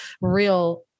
real